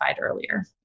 earlier